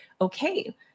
okay